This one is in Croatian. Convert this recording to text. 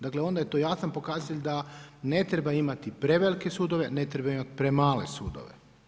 Dakle onda je to jasan pokazatelj da ne treba imati prevelike sudove, ne treba imati premale sudove.